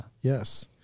Yes